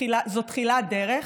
זו תחילת דרך.